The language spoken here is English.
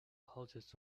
houses